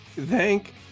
Thank